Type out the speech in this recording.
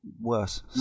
worse